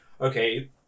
okay